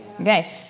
Okay